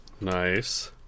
Nice